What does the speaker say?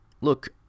look